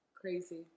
Crazy